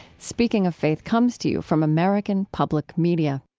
speaking of faith comes to you from american public media